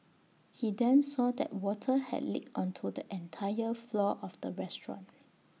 he then saw that water had leaked onto the entire floor of the restaurant